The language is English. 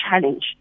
challenge